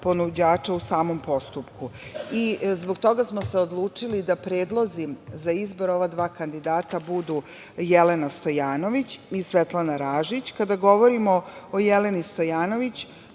ponuđača u samom postupku. Zbog toga smo se odlučili da predlozi za izbor ova dva kandidata budu Jelena Stojanović i Svetlana Ražić. Kada govorimo o Jeleni Stojanović,